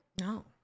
No